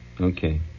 Okay